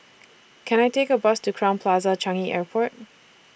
Can I Take A Bus to Crowne Plaza Changi Airport